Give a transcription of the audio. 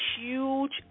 huge